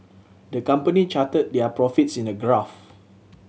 the company charted their profits in a graph